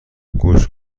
گوش